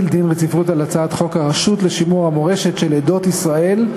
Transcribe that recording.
דין רציפות על הצעת חוק הרשות לשימור המורשת של עדות ישראל,